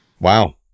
Wow